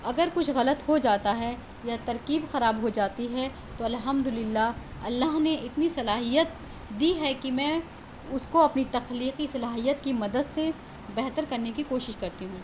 اگر کچھ غلط ہو جاتا ہے یا ترکیب خراب ہو جاتی ہے تو الحمدللہ اللہ نے اتنی صلاحیت دی ہے کہ میں اس کو اپنی تخلیقی صلاحیت کی مدد سے بہتر کرنے کی کوشش کرتی ہوں